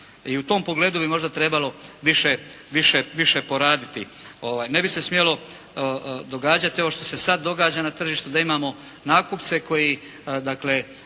I u tom pogledu bi možda trebalo više poraditi. Ne bi se smjelo događati ovo što se sad događa na tržištu da imamo nakupce koji